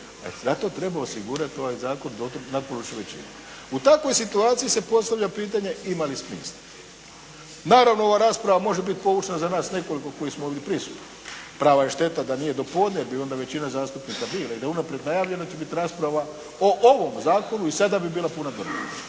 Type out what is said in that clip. Zato treba osigurati ovaj zakon natpolovičnom većinom. U takvoj situaciji se postavlja pitanje ima li smisla. Naravno, ova rasprava može biti poučna za nas nekoliko koji smo ovdje prisutni. Prava je šteta da nije do podne jer bi onda većina zastupnika bila i da je unaprijed najavljeno da će biti rasprava o ovom zakonu i sada bi bila puna dvorana,